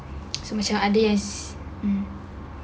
so macam ideas mm